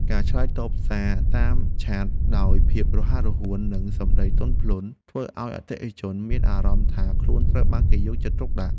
ការឆ្លើយតបសារតាមឆាតដោយភាពរហ័សរហួននិងសម្តីទន់ភ្លន់ធ្វើឱ្យអតិថិជនមានអារម្មណ៍ថាខ្លួនត្រូវបានគេយកចិត្តទុកដាក់។